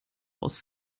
aus